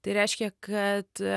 tai reiškia kad